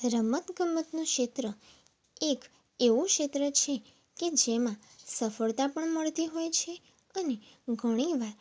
રમતગમતનું ક્ષેત્ર એક એવું ક્ષેત્ર છે કે જેમાં સફળતા પણ મળતી હોય છે અને ઘણીવાર